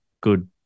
good